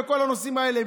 בכל הנושאים האלה.